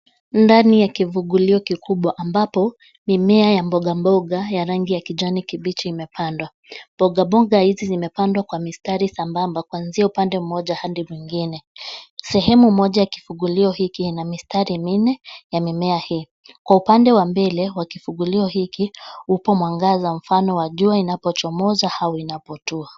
Ndani ya kivungulio kikubwa amabapo mimea ya mboga mboga ya rangi ya kijani kibichi imepandwa. Mboga mboga hizi zimepandwa kwa mistari sambamba kwanzia upande mmoja hadi mwingine. Sehemu moja ya kivungulio hiki ina mistari minne ya mimea hii. Kwa upande wa mbele wa kivungulio hiki, upo mwangaza mfano wa jua inapochomoza au inapotua.